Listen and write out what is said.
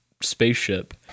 spaceship